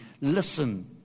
listen